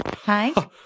Hi